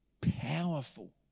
powerful